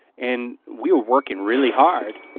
and we were working really hard.